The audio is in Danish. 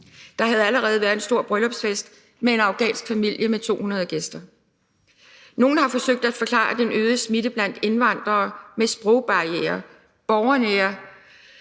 Der havde allerede været en stor bryllupsfest med en afghansk familie med 200 gæster. Nogle har forsøgt at forklare den øgede smitte blandt indvandrere med sprogbarrierer, borgernære